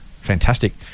Fantastic